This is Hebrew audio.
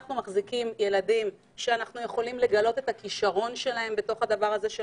אנחנו מחזיקים ילדים שאנחנו יכולים לגלות את הכישרון שלהם במחול,